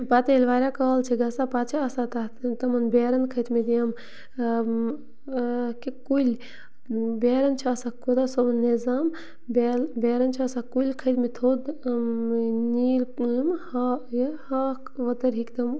پَتہٕ ییٚلہِ واریاہ کال چھِ گَژھان پَتہٕ چھِ آسان تَتھ تِمَن بیرَن کھٔتۍمٕتۍ یِم کہِ کُلۍ بیرَن چھِ آسان خۄدا صٲبُن نِظام بیل بیرَن چھِ آسان کُلۍ کھٔتۍمٕتۍ تھوٚد نیٖل کٲم ہا یہِ ہاکھ ؤتٕر ہیٚکۍ تِم